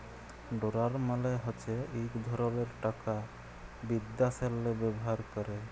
dollar মালে হছে ইক ধরলের টাকা বিদ্যাশেল্লে ব্যাভার ক্যরে